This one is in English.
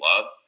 love